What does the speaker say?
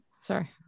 sorry